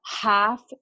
half